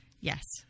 Yes